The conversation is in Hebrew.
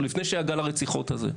עוד לפני שהיה גל הרציחות הזה.